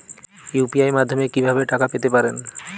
UPI মাধ্যমে কি ভাবে টাকা পেতে পারেন?